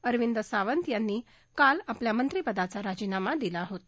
अरविंद सावंत यांनी काल आपल्या मंत्रिपदाचा राजीनामा दिला होता